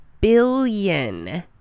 billion